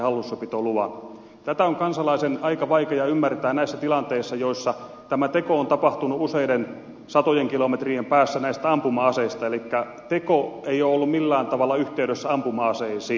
tätä on kansalaisen aika vaikea ymmärtää näissä tilanteissa joissa tämä teko on tapahtunut useiden satojen kilometrien päässä näistä ampuma aseista elikkä teko ei ole ollut millään tavalla yhteydessä ampuma aseisiin